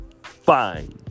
fine